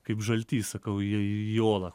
kaip žaltys sakau įė į olą